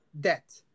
debt